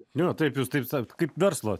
ne taip jūs taip sakot kaip verslas